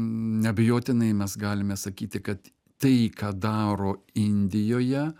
neabejotinai mes galime sakyti kad tai ką daro indijoje